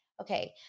okay